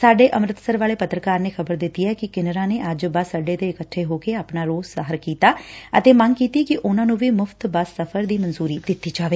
ਸਾਡੇ ਅੰਮ੍ਤਿਤਸਰ ਵਾਲੇ ਪੱਤਰਕਾਰ ਨੇ ਖ਼ਬਰ ਦਿੱਤੀ ਏ ਕਿ ਕਿਨਰਾ ਨੇ ਅੱਜ ਬਸ ਅੱਡੇ ਤੇ ਇਕੱਠੇ ਹੋ ਕੇ ਆਪਣਾ ਰੋਸ ਜ਼ਾਹਿਰ ਕੀਤਾ ਅਤੇ ਮੰਗ ਕੀਤੀ ਕਿ ਉਨੂਾ ਨੂੰ ਵੀ ਮੁਫ਼ਤ ਬੱਸ ਸਫ਼ਰ ਦੀ ਮਨਜੁਰੀ ਦਿੱਤੀ ਜਾਵੇ